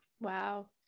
Wow